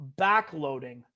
backloading